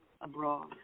abroad